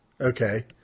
Okay